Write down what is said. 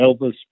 Elvis